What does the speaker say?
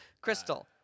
crystal